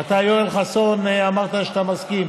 ואתה, יואל חסון, אמרת שאתה מסכים.